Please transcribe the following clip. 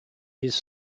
his